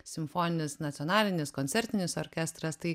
simfoninis nacionalinis koncertinis orkestras tai